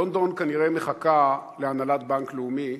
לונדון כנראה מחכה להנהלת בנק לאומי,